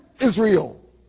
Israel